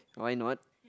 why not